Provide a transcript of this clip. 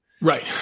Right